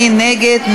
מי נגד?